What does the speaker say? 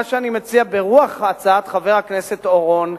מה שאני מציע ברוח הצעת חבר הכנסת אורון,